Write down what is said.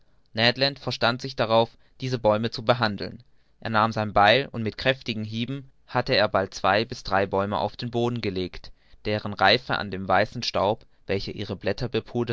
verstand sich darauf diese bäume zu behandeln er nahm sein beil und mit kräftigen hieben hatte er bald zwei bis drei bäume auf den boden gelegt deren reise an dem weißen staub welcher ihre blätter